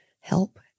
help